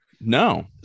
No